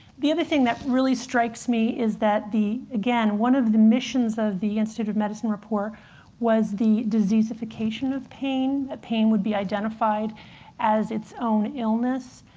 the other thing that really strikes me is that again, one of the missions of the institute of medicine report was the diseasification of pain, that pain would be identified as its own illness.